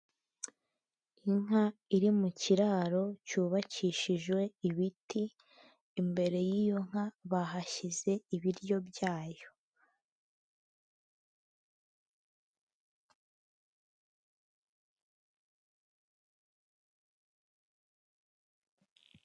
Inka iri mu kiraro cyubakishijwe ibiti, imbere y'iyo nka bahashyize ibiryo byayo.